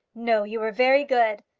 no you were very good.